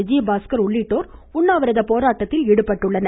விஜயபாஸ்கர் உள்ளிட்டோர் உண்ணாவிரத போராட்டத்தில் ஈடுபட்டுள்ளனர்